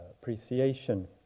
appreciation